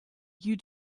you